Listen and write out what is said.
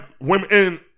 women